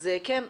אז כן,